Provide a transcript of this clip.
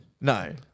No